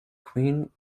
queen